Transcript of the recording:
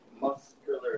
Muscular